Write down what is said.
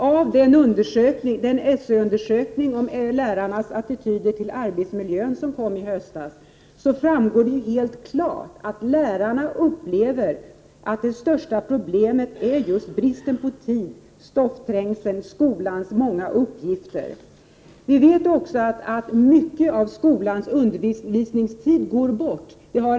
Av den SÖ-undersökning om lärarnas attityder till arbetsmiljön som lades fram i höstas framgår det helt klart att lärarna upplever att det största problemet i skolan är just bristen på tid, stoffträngsel och skolans många uppgifter. Vi vet också att mycket av skolans undervisningstid går bort.